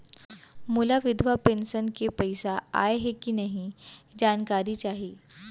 मोला विधवा पेंशन के पइसा आय हे कि नई जानकारी चाही?